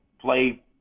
play